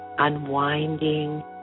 unwinding